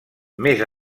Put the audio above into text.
més